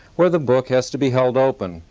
where the book has to be held open,